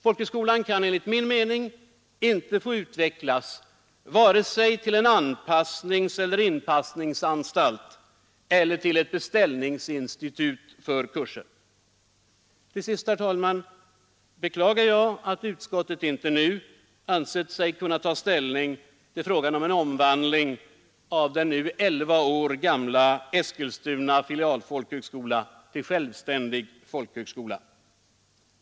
Folkhögskolan kan enligt min mening inte få utvecklas vare sig till en anpassningseller inpassningsanstalt eller till ett beställningsinstitut för kurser. Till sist, herr talman, beklagar jag att utskottet inte nu ansett sig kunna ta ställning till frågan om en omvandling av den elva år gamla filialfolkhögskolan i Eskilstuna till en självständig folkhögskola.